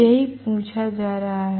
यही पूछा जा रहा है